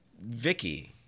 Vicky